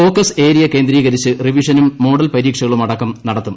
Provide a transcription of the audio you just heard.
focus area കേന്ദ്രീകരിച്ച് റിവിഷനും model പരീക്ഷകളുമടക്കം നടത്തും